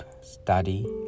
study